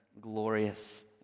glorious